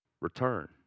Return